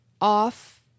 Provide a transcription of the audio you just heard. off